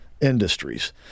industries